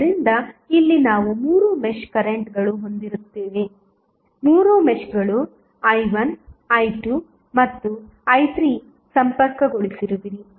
ಆದ್ದರಿಂದ ಇಲ್ಲಿ ನಾವು ಮೂರು ಮೆಶ್ ಕರೆಂಟ್ಗಳು ಹೊಂದಿರುತ್ತದೆ ಮೂರು ಮೆಶ್ಗಳು i1 i2 ಮತ್ತು i3 ಸಂಪರ್ಕಗೊಳಿಸಿರುವಿರಿ